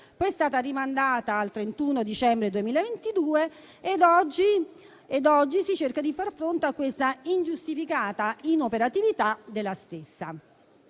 poi è stata rimandata al 31 dicembre 2022 ed oggi si cerca di far fronte a questa sua ingiustificata inoperatività.